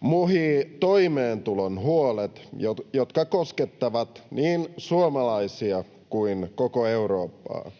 muhivat toimeentulon huolet, jotka koskettavat niin suomalaisia kuin koko Eurooppaa.